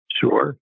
Sure